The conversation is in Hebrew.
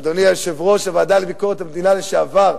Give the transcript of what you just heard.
אדוני יושב-ראש הוועדה לביקורת המדינה לשעבר,